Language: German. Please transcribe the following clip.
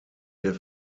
der